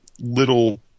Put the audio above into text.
little